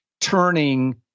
turning